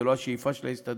זאת לא השאיפה של ההסתדרות.